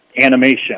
animation